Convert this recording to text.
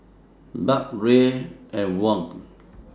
Baht Riel and Won